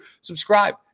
subscribe